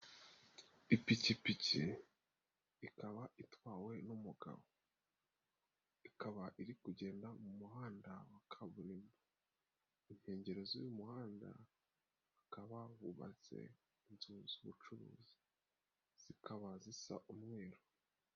Ipikipiki ikaba itwawe n'umugabo, ikaba iri kugenda mu muhanda wa kaburimbo, inkengero z'uyu muhanda hakaba hubatse inzu z'ubucuruzi zikaba zisa umweru.